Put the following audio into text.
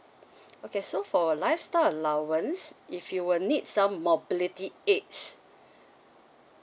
okay so for lifestyle allowance if you will need some mobility aids